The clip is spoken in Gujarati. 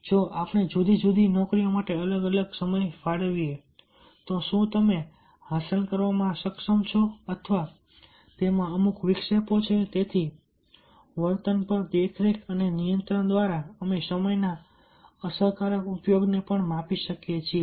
જો આપણે જુદી જુદી નોકરીઓ માટે અલગ અલગ સમય ફાળવીએ તો શું તમે તે હાંસલ કરવામાં સક્ષમ છો અથવા તેમાં અમુક વિક્ષેપો છે તેથી વર્તન પર દેખરેખ અને નિયંત્રણ દ્વારા અમે સમયના અસરકારક ઉપયોગને પણ માપી શકીએ છીએ